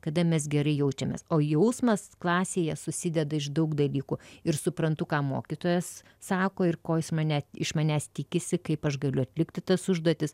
kada mes gerai jaučiamės o jausmas klasėje susideda iš daug dalykų ir suprantu ką mokytojas sako ir ko jis mane iš manęs tikisi kaip aš galiu atlikti tas užduotis